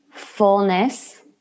fullness